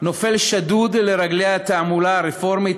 נופל שדוד לרגלי התעמולה הרפורמית,